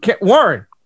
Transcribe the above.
Warren